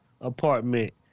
Apartment